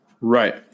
Right